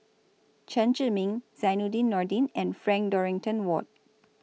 Chen Zhiming Zainudin Nordin and Frank Dorrington Ward